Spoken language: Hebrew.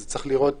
אז צריך לראות